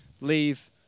leave